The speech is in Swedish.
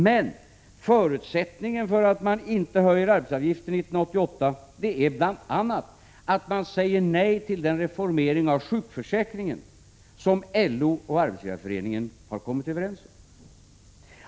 Men förutsättningen för att man inte skall höja arbetsgivaravgiften 1988 är bl.a. att man säger nej till den reformering av sjukförsäkringen som LO och Arbetsgivareföreningen har kommit överens om.